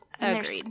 Agreed